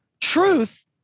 Truth